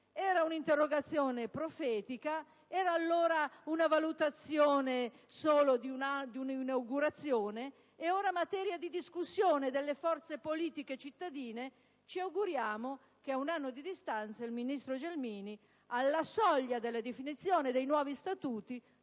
un'interrogazione profetica, legata allora ad una mera valutazione di un'inaugurazione, e ora, invece, materia di discussione delle forze politiche cittadine. Ci auguriamo che, a un anno di distanza, il ministro Gelmini, alla soglia della definizione dei nuovi statuti,